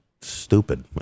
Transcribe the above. stupid